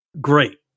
Great